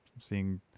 seeing